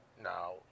Now